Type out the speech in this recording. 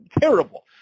terrible